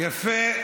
יפה.